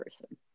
person